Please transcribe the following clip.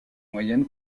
moyenne